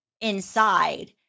inside